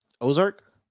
Ozark